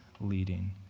leading